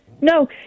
no